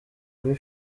kuri